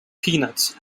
peanuts